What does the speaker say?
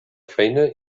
feina